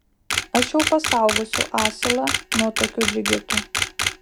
aš jau pasaugosiu asilą nuo tokių džigitų